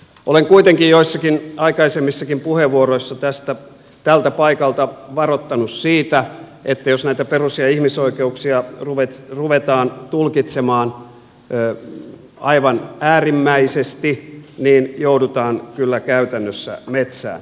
olen kuitenkin joissakin aikaisemmissakin puheenvuoroissa tältä paikalta varoittanut siitä että jos näitä perus ja ihmisoikeuksia ruvetaan tulkitsemaan aivan äärimmäisesti niin joudutaan kyllä käytännössä metsään